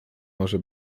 może